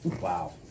Wow